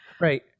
Right